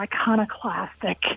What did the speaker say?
iconoclastic